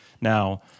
Now